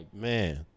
Man